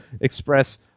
express